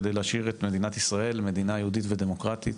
כדי להשאיר את מדינת ישראל מדינה יהודית ודמוקרטית